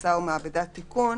מכבסה ומעבדת תיקון.